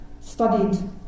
studied